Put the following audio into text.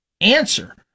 answer